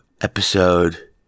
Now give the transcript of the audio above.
episode